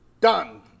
done